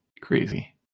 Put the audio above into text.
Crazy